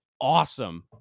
awesome